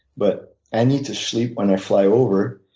but i need to sleep when i fly over.